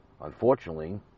unfortunately